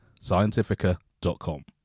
Scientifica.com